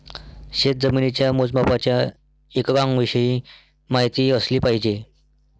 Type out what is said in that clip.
शेतजमिनीच्या मोजमापाच्या एककांविषयी माहिती असली पाहिजे